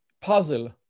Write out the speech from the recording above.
puzzle